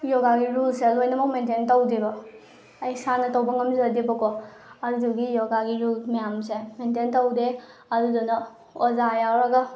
ꯌꯣꯒꯥꯒꯤ ꯔꯨꯜꯁꯦ ꯂꯣꯏꯅꯃꯛ ꯃꯦꯟꯇꯦꯟ ꯇꯧꯗꯦꯕ ꯑꯩ ꯏꯁꯥꯅ ꯇꯧꯕ ꯉꯝꯖꯗꯦꯕꯀꯣ ꯑꯗꯨꯗꯨꯒꯤ ꯌꯣꯒꯥꯒꯤ ꯔꯨꯜ ꯃꯌꯥꯝꯁꯦ ꯃꯦꯟꯇꯦꯟ ꯇꯧꯗꯦ ꯑꯗꯨꯗꯨꯅ ꯑꯣꯖꯥ ꯌꯥꯎꯔꯒ